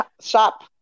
shop